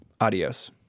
Adios